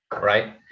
Right